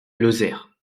lozère